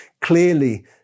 clearly